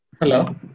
Hello